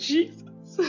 Jesus